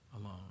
alone